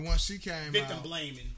victim-blaming